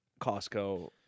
Costco